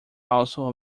also